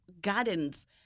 gardens